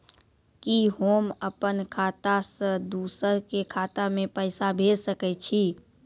कि होम अपन खाता सं दूसर के खाता मे पैसा भेज सकै छी?